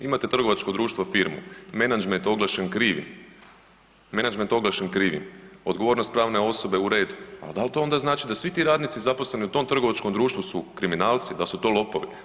Imate trgovačko društvo firmu, menadžment oglašen krivim, menadžment oglašen krivim, odgovornost prave osobe u redu, ali dal to onda znači da svi ti radnici zaposleni u tom trgovačkom društvu su kriminalci, da su to lopovi.